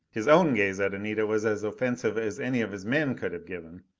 his own gaze at anita was as offensive as any of his men could have given.